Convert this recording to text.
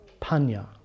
Panya